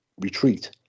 retreat